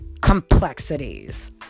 complexities